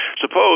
Suppose